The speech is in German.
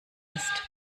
ist